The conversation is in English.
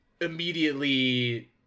immediately